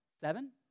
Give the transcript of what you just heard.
Seven